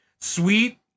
sweet